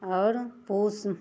आओर पूस